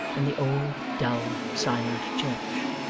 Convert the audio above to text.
in the old, dull, silent church!